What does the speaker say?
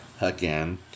Again